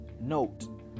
note